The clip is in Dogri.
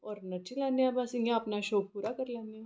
और नच्ची लैन्ने आं बस इ'यां अपना शौक पूरा करी लैन्ने आं